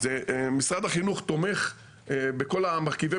משרד החינוך בעצם תומך ככה במרכיבי